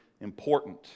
important